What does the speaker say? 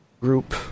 group